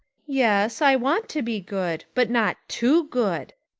yes, i want to be good but not too good,